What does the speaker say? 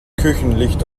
küchenlicht